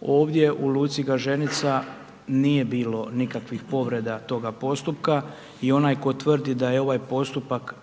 Ovdje u luci Gaženica nije bilo nikakvih povreda toga postupka i onaj tko tvrdi da je ovaj postupak